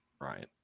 Right